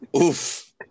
Oof